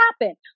happen